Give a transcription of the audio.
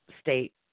state